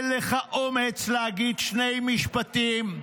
אין לך אומץ להגיד שני משפטים,